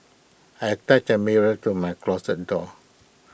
I attached A mirror to my closet door